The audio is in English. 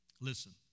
Listen